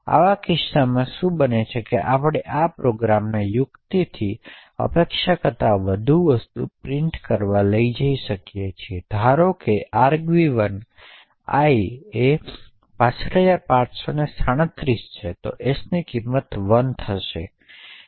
આવા કિસ્સાઓમાં શું બને છે કે આપણે આ પ્રોગ્રામને યુક્તિથી અપેક્ષા કરતાં વધુ વસ્તુ પ્રિન્ટ કરવા લઈ શકો છો ઉદાહરણ માટે ધારોકે argv1 બીજા શબ્દોમાં i એ 65537 છે તો s ની કિંમત 1 થશે